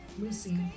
Lucy